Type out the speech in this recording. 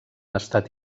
estat